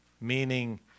meaning